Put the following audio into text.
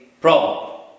problem